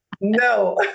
No